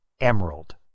emerald